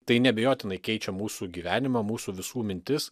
tai neabejotinai keičia mūsų gyvenimą mūsų visų mintis